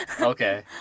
Okay